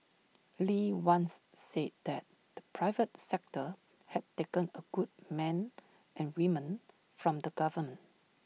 lee once said that the private sector had taken A good men and women from the government